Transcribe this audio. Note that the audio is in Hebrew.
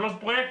שלושה פרויקטים.